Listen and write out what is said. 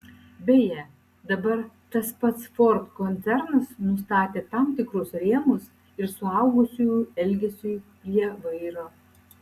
beje dabar tas pats ford koncernas nustatė tam tikrus rėmus ir suaugusiųjų elgesiui prie vairo